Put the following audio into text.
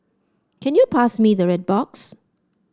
can you pass me the red box